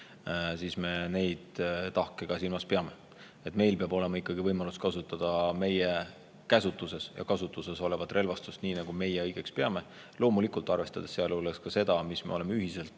siis me neid tahke peame ka silmas. Meil peab olema ikkagi võimalus kasutada meie käsutuses ja kasutuses olevat relvastust, nii nagu meie õigeks peame. Aga loomulikult tuleb arvestada ka seda, mis me oleme ühiselt